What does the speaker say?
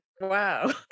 Wow